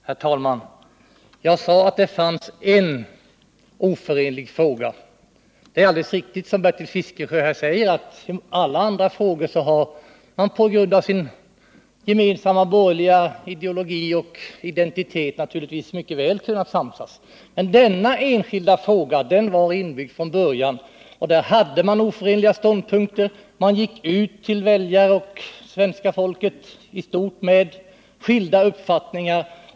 Herr talman! Jag sade att det fanns en fråga där man inte kunnat enas. Det är alldeles riktigt som Bertil Fiskesjö säger att i alla andra frågor har man på grund av sin gemensamma borgerliga ideologi mycket väl kunnat samsas, men oenigheten i denna enskilda fråga var inbyggd från början. Där hade man oförenliga ståndpunkter, och man gick ut till svenska folket och väljarna utan att klart redovisa sina skilda uppfattningar.